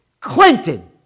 Clinton